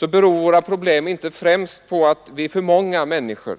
beror våra problem inte främst på att vi är för många människor.